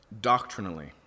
doctrinally